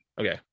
okay